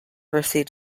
received